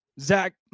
Zach